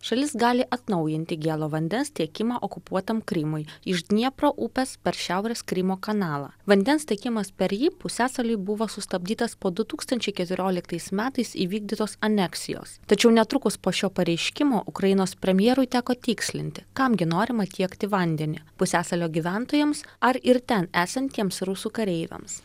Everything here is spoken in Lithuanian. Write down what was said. šalis gali atnaujinti gėlo vandens tiekimą okupuotam krymui iš dniepro upės per šiaurės krymo kanalą vandens tiekimas per jį pusiasaliui buvo sustabdytas po du tūkstančiai keturioliktais metais įvykdytos aneksijos tačiau netrukus po šio pareiškimo ukrainos premjerui teko tikslinti kam gi norima tiekti vandenį pusiasalio gyventojams ar ir ten esantiems rusų kareiviams